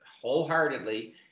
wholeheartedly